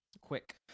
quick